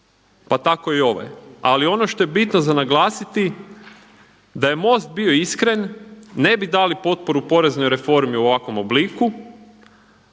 pa tako i ovaj. Ali ono što je bitno za naglasiti da je MOST bio iskren, ne bi dali potporu poreznoj reformi u ovakvom obliku,